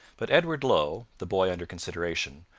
but edward low, the boy under consideration,